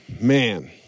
man